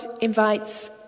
invites